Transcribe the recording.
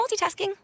multitasking